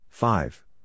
Five